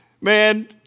Man